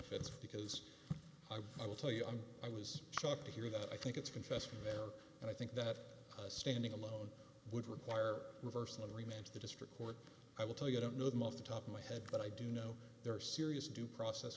offense because i've i will tell you i was shocked to hear that i think it's confessed there and i think that standing alone would require reversing the ring the district court i will tell you i don't know them off the top of my head but i do know there are serious due process